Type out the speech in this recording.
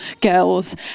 girls